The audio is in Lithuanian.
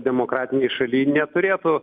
demokratinėj šaly neturėtų